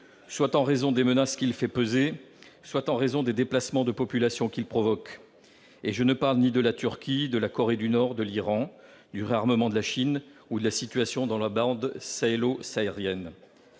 soit en raison des menaces qu'il fait peser, soit en raison des déplacements de populations qu'il provoque. Et je ne parle pas de la Turquie, de la Corée du Nord ou de l'Iran, du réarmement de la Chine ou de la situation dans la bande sahélo-saharienne.